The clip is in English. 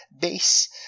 base